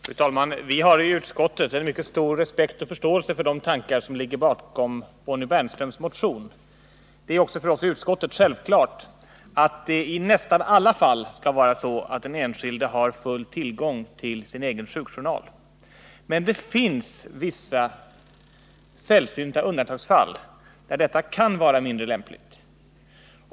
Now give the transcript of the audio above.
Fru talman! Vi har i utskottet en mycket stor respekt och förståelse för de tankar som ligger bakom Bonnie Bernströms motion. Det är också självklart för oss att det i nästan alla fall skall vara så att den enskilde har full tillgång till sin egen sjukjournal. Men det finns vissa sällsynta undantagsfall, när detta kan vara mindre lämpligt.